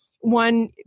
one